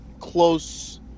close